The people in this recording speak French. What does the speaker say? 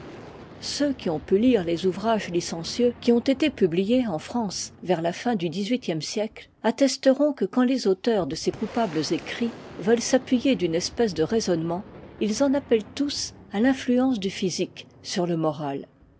ceux qui ont pu tire les ouvrages licencieux qui ont été publiés en france vers la fin du dix-huitième siècle attesteront que quand les auteurs de ces coupables écrits veulent s'appuyer d'une espèce de raisonnement ils en appellent tous à l'influence du physique sur le moral